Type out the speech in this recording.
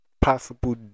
possible